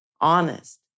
honest